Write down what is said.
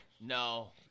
No